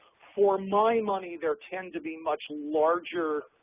for my money, there tend to be much larger,